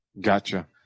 Gotcha